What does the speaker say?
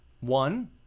one